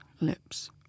lips